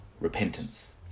repentance